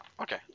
okay